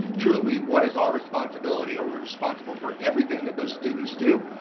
truly, what is our responsibility? are we responsible for everything that those students do?